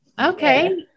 okay